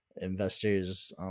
investors